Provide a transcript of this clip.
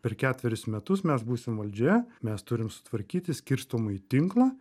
per ketverius metus mes būsim valdžioje mes turim sutvarkyti skirstomąjį tinklą